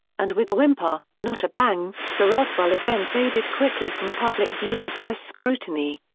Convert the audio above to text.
and with a whimper, not a bang, the roswell event faded quickly from public view and press scrutiny.